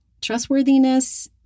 trustworthiness